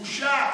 בושה.